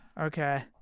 Okay